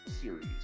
series